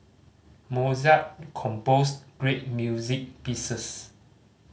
Mozart composed great music pieces